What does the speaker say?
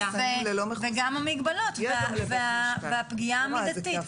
וגם המגבלות והפגיעה המידתית,